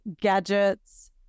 gadgets